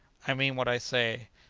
i mean what i say.